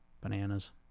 Bananas